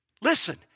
Listen